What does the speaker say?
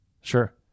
Sure